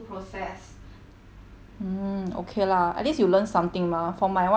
um okay lah at least you learn something mah for my one right even though my one